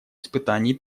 испытаний